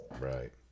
Right